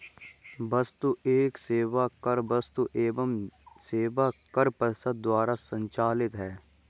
वस्तु एवं सेवा कर वस्तु एवं सेवा कर परिषद द्वारा संचालित है